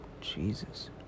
Jesus